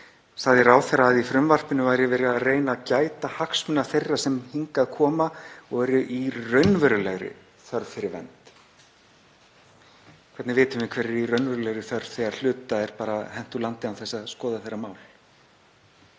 ráðherra að í frumvarpinu væri verið að reyna að gæta hagsmuna þeirra sem hingað koma og eru í raunverulegri þörf fyrir vernd. Hvernig vitum við hverjir eru í raunverulegri þörf þegar hluta er bara hent úr landi án þess að skoða þeirra mál?